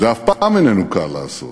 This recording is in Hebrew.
זה אף פעם איננו קל לעשות,